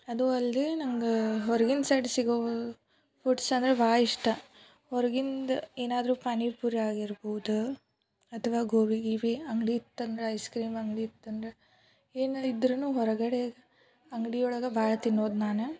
ಅದೂ ಅಲ್ಲದೆ ನನ್ಗೆ ಹೊರಗಿನ ಸೈಡ್ ಸಿಗೋ ಫುಡ್ಸ್ ಅಂದರೆ ಬಾ ಇಷ್ಟ ಹೊರಗಿಂದು ಏನಾದರೂ ಪಾನಿಪುರಿ ಆಗಿರ್ಬೋದು ಅಥ್ವಾ ಗೋಬಿ ಗೀಬಿ ಅಂಗಡಿ ಇತ್ತಂದ್ರೆ ಐಸ್ ಕ್ರೀಮ್ ಅಂಗಡಿ ಇತ್ತಂದ್ರೆ ಏನೇ ಇದ್ರೂ ಹೊರಗಡೆ ಅಂಗಡಿ ಒಳಗೆ ಭಾಳ ತಿನ್ನೋದು ನಾನೇ